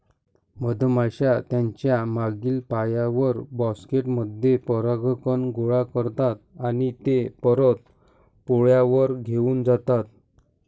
मधमाश्या त्यांच्या मागील पायांवर, बास्केट मध्ये परागकण गोळा करतात आणि ते परत पोळ्यावर घेऊन जातात